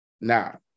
now